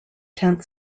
tenth